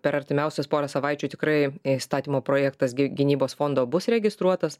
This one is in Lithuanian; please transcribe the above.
per artimiausias porą savaičių tikrai įstatymo projektas gynybos fondo bus registruotas